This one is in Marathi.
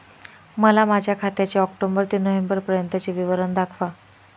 मला माझ्या खात्याचे ऑक्टोबर ते नोव्हेंबर पर्यंतचे विवरण दाखवा